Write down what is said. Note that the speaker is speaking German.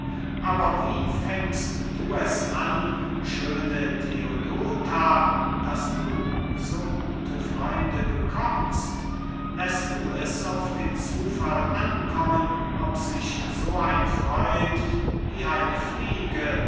aber wie fängst du es an schöne theodota daß du so gute freunde bekommst läßt du es auf den zufall ankommen ob sich so ein freund wie eine fliege